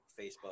Facebook